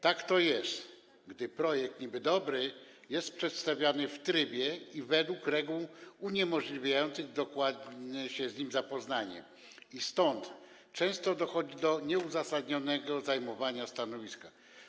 Tak to jest, gdy dobry projekt jest przedstawiany w trybie i według reguł uniemożliwiających dokładne się z nim zapoznanie, stąd często dochodzi do nieuzasadnionego zajmowania stanowiska.